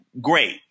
great